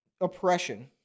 oppression